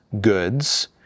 goods